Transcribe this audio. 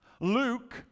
Luke